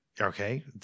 Okay